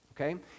okay